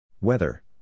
Weather